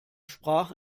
sprach